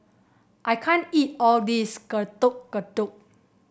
I can't eat all of this Getuk Getuk